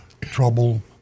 trouble